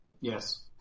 Yes